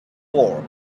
war